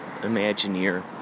imagineer